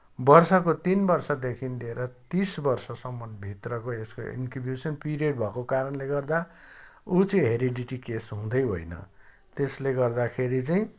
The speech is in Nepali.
वर्षको तिन वर्षदेखि लिएर तिस वर्षसम्म भित्रको यसको इन्क्युबेसन पिरियड भएको कारणले गर्दा ऊ चाहिँ हेरिडिटी केस हुँदै होइन त्यसले गर्दाखेरि चाहिँ